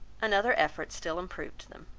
another effort still improved them.